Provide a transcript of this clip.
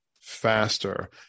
faster